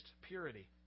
purity